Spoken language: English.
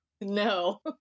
no